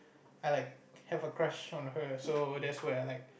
I like have a crush on her so that's where I like